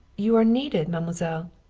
you are needed, mademoiselle.